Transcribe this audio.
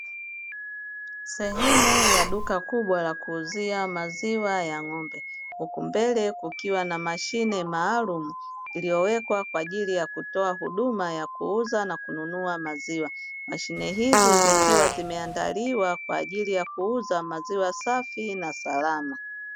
Sehemu ya duka kubwa la kuuzia maziwa ya ng'ombe, huku mbele kukiwa na mashine maalumu iliyowekwa kwa ajili ya kutoa huduma ya kuuza na kununua maziwa, mashine hizi zikiwa zimeandaliwa kwa ajili ya kuuza maziwa safi na salama.